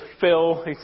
Phil